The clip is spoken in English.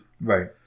Right